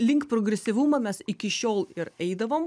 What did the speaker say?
link progresyvumą mes iki šiol ir eidavom